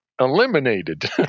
Eliminated